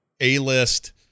A-list